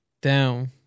down